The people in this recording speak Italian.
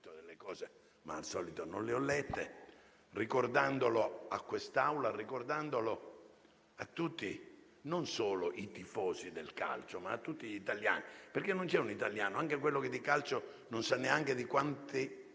scritto delle parole, ma al solito non le ho lette - ricordandolo a quest'Aula, ricordandolo a tutti, e non solo ai tifosi del calcio, ma a tutti gli italiani. Non c'è un italiano, anche quello che non sa nemmeno di quanti